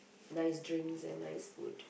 nice drinks and nice food